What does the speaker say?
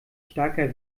starker